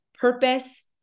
purpose